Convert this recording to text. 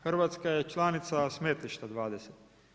Hrvatska je članica smetlišta 20.